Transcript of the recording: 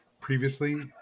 previously